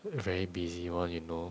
very busy one you know